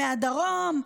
מהדרום.